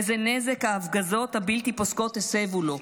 איזה נזק ההפגזות הבלתי-פוסקות הסבו לו.